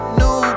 new